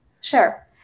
Sure